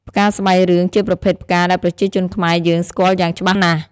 ផ្កាស្បៃរឿងជាប្រភេទផ្កាដែលប្រជាជនខ្មែរយើងស្គាល់យ៉ាងច្បាស់ណាស់។